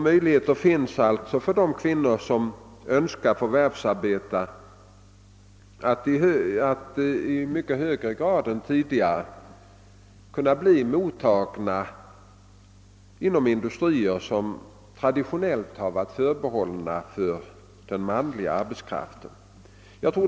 Möjligheter finns alltså för de kvinnor som önskar förvärvsarbeta att i mycket högre grad än tidigare bli mottagna inom industrier, som traditionellt varit förbehållna den manliga arbetskraften.